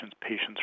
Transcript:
patients